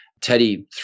Teddy